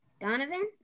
Donovan